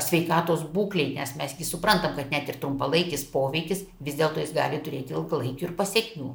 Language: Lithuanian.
sveikatos būklei nes mes gi suprantam kad net ir trumpalaikis poveikis vis dėlto jis gali turėti ilgalaikių ir pasekmių